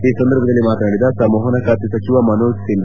ಈ ಸಂದರ್ಭದಲ್ಲಿ ಮಾತನಾಡಿದ ಸಂವಹನ ಖಾತೆ ಸಚಿವ ಮನೋಜ್ ಸಿನ್ನ